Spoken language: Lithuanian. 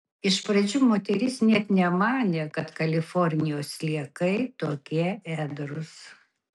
iš pradžių moteris nė nemanė kad kalifornijos sliekai tokie ėdrūs